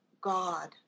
God